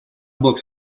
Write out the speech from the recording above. books